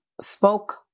spoke